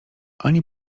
ani